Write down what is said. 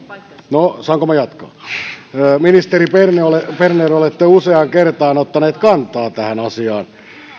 no saanko minä jatkaa ministeri berner olette useaan kertaan ottanut kantaa tähän asiaan